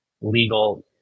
legal